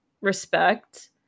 respect